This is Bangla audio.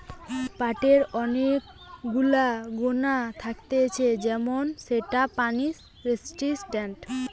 পাটের অনেক গুলা গুণা থাকতিছে যেমন সেটা পানি রেসিস্টেন্ট